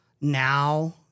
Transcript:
now